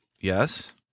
Yes